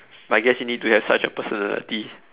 but I guess you need to have such a personality